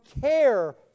care